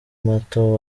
mato